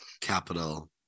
capital